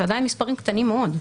זה עדיין מספרים קטנים מאוד,